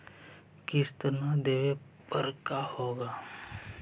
किस्त न देबे पर का होगा?